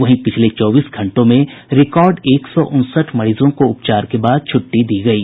वहीं पिछले चौबीस घंटों में रिकॉर्ड एक सौ उनसठ मरीजों को उपचार के बाद छुट्टी दी गयी